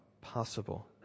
possible